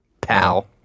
Pal